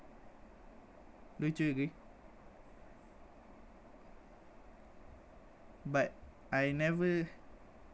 don't you agree but I never